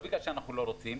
לא בגלל שאנחנו לא רוצים.